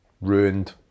ruined